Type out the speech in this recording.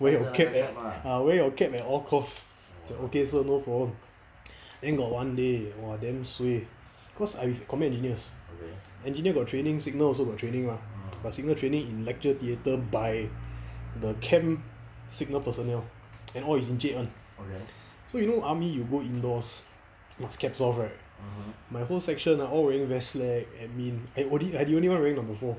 wear your cap ah wear your cap at all cost 我讲 okay sir no problem then got one day !wah! damn suay cause I with combat engineers engineers got training signal also got training mah but signal training in lecture theatre by the camp signal personnel and all is encik [one] so you know army you go indoors must caps off right by whole section all wearing vest slack admin and only I the only one wearing number four